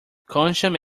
conscience